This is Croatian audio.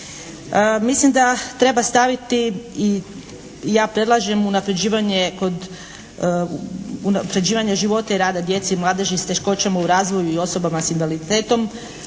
Mislim da treba staviti i ja predlažem unapređivanje kod, unapređivanje života i rada djece i mladeži s teškoćama u razvoju i osobama s invaliditetom.